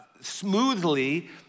smoothly